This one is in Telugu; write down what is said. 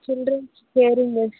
చిల్డ్రన్ కేరింగ్ అది